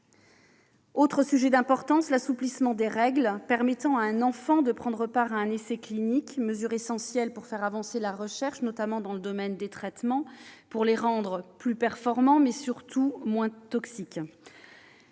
Autre sujet d'importance : l'assouplissement des règles permettant à un enfant de prendre part à un essai clinique est une mesure essentielle pour faire avancer la recherche, notamment dans le domaine des traitements, pour les rendre plus performants, mais, surtout, moins toxiques.